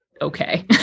okay